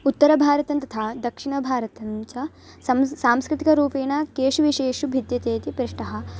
उत्तरभारतं तथा दक्षिणभारतञ्च सः सांस्कृतिकरूपेण केषु विषयेषु भिद्यते इति पृष्टः